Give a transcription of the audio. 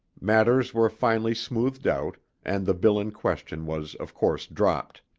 matters were finally smoothed out and the bill in question was of course dropped.